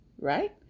right